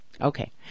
Okay